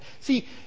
See